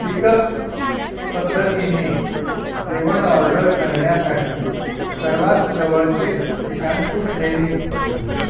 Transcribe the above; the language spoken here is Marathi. पिकअप पद्धतीने जेवण ऑर्डर करण्यासाठी सर्वात जवळचे ठिकाण कुठले